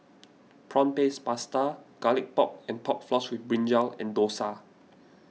Prawn Paste Pasta Garlic Pork and Pork Floss with Brinjal and Dosa